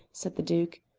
said the duke.